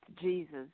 Jesus